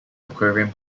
aquarium